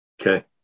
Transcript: Okay